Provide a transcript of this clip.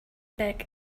big